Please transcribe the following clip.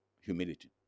humility